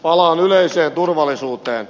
palaan yleiseen turvallisuuteen